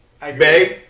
Babe